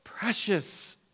precious